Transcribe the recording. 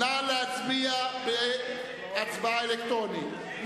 נא להצביע בהצבעה אלקטרונית.